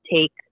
take